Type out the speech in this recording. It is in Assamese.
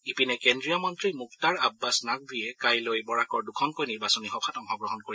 ইপিনে কেন্দ্ৰীয় মন্ত্ৰী মুক্তাৰ আববাছ নাকৱিয়ে কাইলৈ বৰাকৰ দুখনকৈ নিৰ্বাচনী সভাত অংশগ্ৰহণ কৰিব